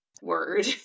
word